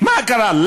מה קרה?